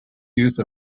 use